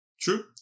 True